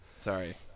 Sorry